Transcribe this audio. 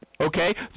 Okay